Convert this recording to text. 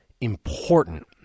important